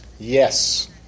Yes